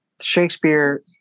shakespeare